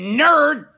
nerd